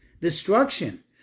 destruction